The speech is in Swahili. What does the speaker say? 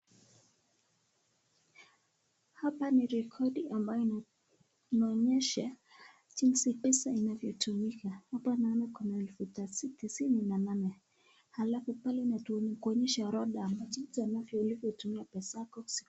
Hapa ni rekodi mbaye inaonyesha jinsi pesa inavyotumika. Hapa naona kuna elfu tisa tisini na nane, alafu pale inakuonyesha orodha jinsi unavyo tumia pesa yako.